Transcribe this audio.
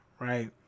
Right